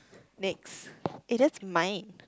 next eh that's mine